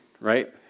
right